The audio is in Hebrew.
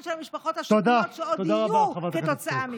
של המשפחות השכולות שעוד יהיו כתוצאה מכך.